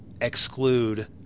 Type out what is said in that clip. exclude